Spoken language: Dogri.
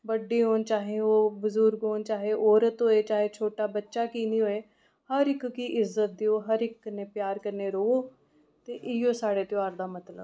चाहे ओह् बड्डे होन चाहे ओह् बज़ूर्ग होन चाहे ओह् औरत होऐ छोटा बच्चा कि नीं होऐ हर इक्क गी इज्जत देओ हर इक्क कन्नै प्यार कन्नै र'वो ते इ'यै साढ़े त्यौहार दा मतलव ऐ